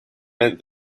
meant